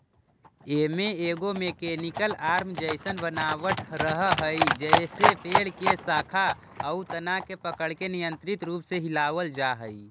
एमे एगो mechanical arm जइसन बनावट रहऽ हई जेसे पेड़ के शाखा आउ तना के पकड़के नियन्त्रित रूप से हिलावल जा हई